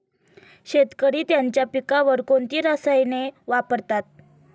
शेतकरी त्यांच्या पिकांवर कोणती रसायने वापरतात?